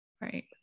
Right